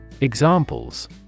Examples